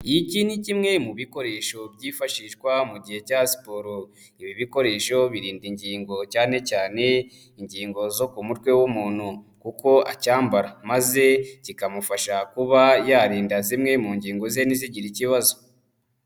Iki ni kimwe mu bikoresho byifashishwa mu gihe cya siporo, ibi bikoresho birinda ingingo cyane cyane ingingo zo ku mutwe w'umuntu kuko acyambara, maze kikamufasha kuba yarinda zimwe mu ngingo ze ntizigira ikibazo.